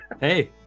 Hey